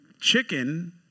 chicken